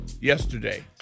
yesterday